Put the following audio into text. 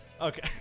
okay